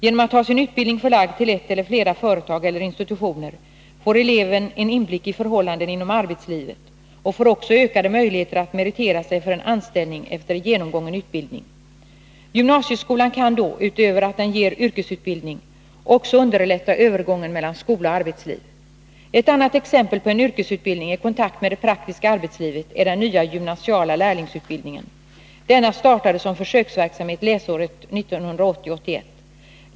Genom att ha sin Nr 50 utbildning förlagd till ett eller flera företag eller institutioner får eleven en Fredagen den inblick i förhållanden inom arbetslivet och får också ökade möjligheter att 11 december 1981 meritera sig för en anställning efter genomgången utbildning. Gymnasieskolan kan då —- utöver att den ger yrkesutbildning — också underlätta övergången Om yrkesintromellan skola och arbetsliv. duktionsutbild Ett annat exempel på en yrkesutbildning i kontakt med det praktiska ningen arbetslivet är den nya gymnasiala lärlingsutbildningen. Denna startade som försöksverksamhet läsåret 1980/81.